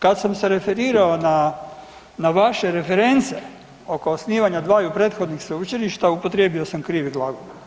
Kad sam se referirao na vaše reference oko osnivanja dvaju prethodnih sveučilišta upotrijebio sam krivi glagol.